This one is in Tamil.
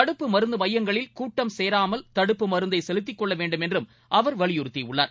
தடுப்பு மருந்து மையங்களில் கூட்டம் சேராமல் தடுப்பு மருந்தை செலுத்திக் கொள்ள வேண்டும் என்றும் அவர் வலியுறுத்தியுள்ளார்